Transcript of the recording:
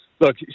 Look